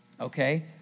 okay